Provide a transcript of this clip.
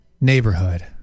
neighborhood